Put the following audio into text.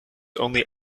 only